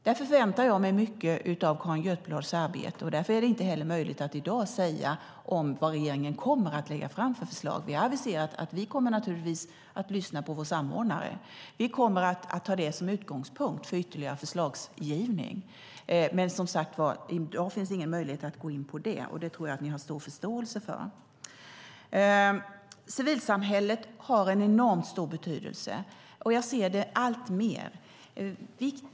Därför förväntar jag mig mycket av Carin Götblads arbete, och därför är det inte heller möjligt att i dag säga vad regeringen kommer att lägga fram för förslag. Vi har aviserat att vi naturligtvis kommer att lyssna på vår samordnare. Vi kommer att ta det som utgångspunkt för ytterligare förslag. I dag finns det dock ingen möjlighet att gå in på det, och det tror jag att ni har stor förståelse för. Civilsamhället har en enormt stor betydelse, och jag ser det alltmer.